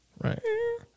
Right